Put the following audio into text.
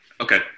Okay